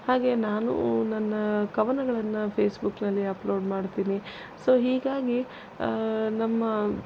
ಹಾಗೇ ನಾನೂ ನನ್ನ ಕವನಗಳನ್ನು ಫೇಸ್ಬುಕ್ನಲ್ಲಿ ಅಪ್ಲೋಡ್ ಮಾಡ್ತೀನಿ ಸೊ ಹೀಗಾಗಿ ನಮ್ಮ